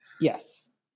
Yes